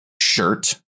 shirt